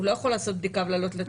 הוא לא יכול לעשות בדיקה ולעלות לטיסה.